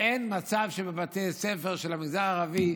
אין מצב שבבתי ספר של המגזר הערבי,